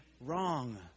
wrong